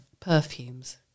perfumes